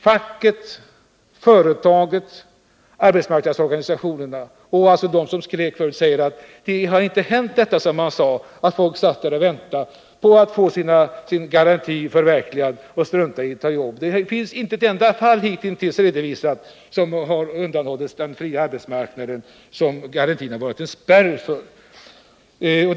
Facket, företaget, arbetsmarknadsorganisationerna, och även de som skrek om detta förut, säger att detta som man befarade inte har hänt — att folk skulle sitta där och vänta på att få sin garanti förverkligad och strunta i att ta jobb. Hittills har det inte redovisats ett enda Nr 165 fall som har undanhållits den fria arbetsmarknaden, som garantin alltså skulle ha varit en spärr för.